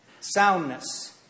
soundness